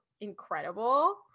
incredible